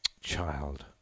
Child